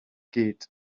gyd